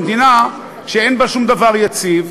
במדינה שאין בה שום דבר יציב,